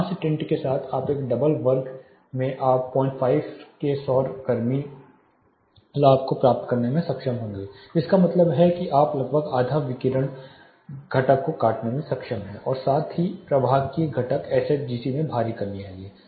कांस्य टिंट के साथ एक डबल वर्ग मेआप 05 के सौर गर्मी लाभ को प्राप्त करने में सक्षम होंगे जिसका मतलब है कि आप लगभग आधा विकिरणक घटक को काटने में सक्षम हैं और साथ ही एक प्रवाहकीय घटक SHGC में भारी कमी आई है